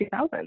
2000